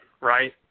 right